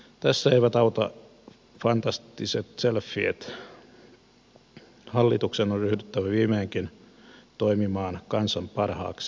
tässä eivät auta fantastiset selfiet hallituksen on ryhdyttävä viimeinkin toimimaan kansan parhaaksi